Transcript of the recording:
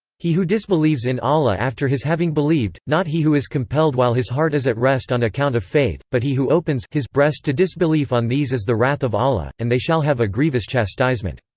he who disbelieves in allah after his having believed, not he who is compelled while his heart is at rest on account of faith, but he who opens breast to disbelief on these is the wrath of allah, and they shall have a grievous chastisement.